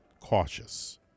cautious